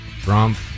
Trump